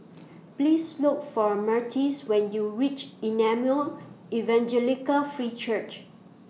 Please Look For Myrtis when YOU REACH Emmanuel Evangelical Free Church